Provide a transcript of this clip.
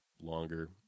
longer